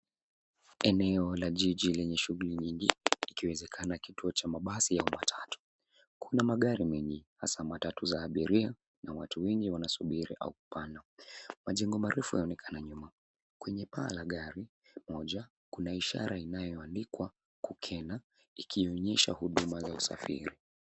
Eneo la jiji lenye shughuli nyingi, ikiwezekana kituo cha mabasi au matatu. Kuna magari mingi hasa matatu za abiria, na watu wengi wanasubiri au kupanda. Majengo marefu yanaonekana nyuma. Kwenye paa la gari moja, kuna ishara inayoandikwa kukena. Ikionyesha huduma za usafiri.